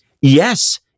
yes